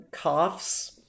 coughs